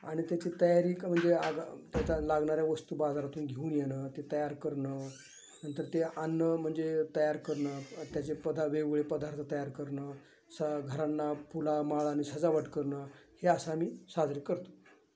आणि त्याची तयारी म्हणजे आग त्याचा लागणाऱ्या वस्तू बाजारातून घेऊन येणं ते तयार करणं नंतर ते आणणं म्हणजे तयार करणं त्याचे पदा वेगवेगळे पदार्थ तयार करणं स घरांना फुला माळाने सजावट करणं हे असं आम्ही साजरे करतो